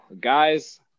guys